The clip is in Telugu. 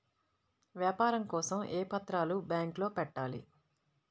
వ్యాపారం కోసం ఏ పత్రాలు బ్యాంక్లో పెట్టాలి?